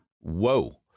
Whoa